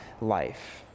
life